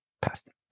Past